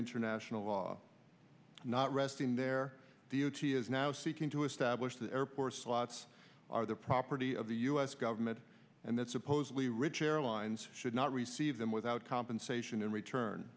international law not resting their duty is now seeking to bush the airport slots are the property of the u s government and that supposedly rich airlines should not receive them without compensation in return